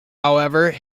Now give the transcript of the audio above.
however